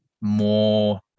more